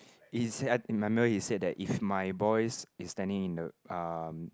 he said ah in my memory he said that if my boys is standing in the um